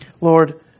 Lord